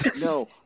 no